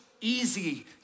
easy